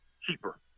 cheaper